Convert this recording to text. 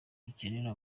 bikenewe